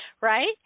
right